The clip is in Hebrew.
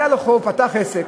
היה לו חוב, הוא פתח עסק.